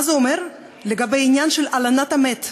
מה זה אומר לגבי עניין של הלנת המת?